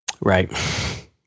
right